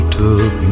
took